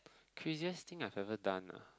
craziest thing I ever done ah